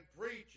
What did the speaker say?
preaching